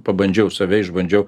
pabandžiau save išbandžiau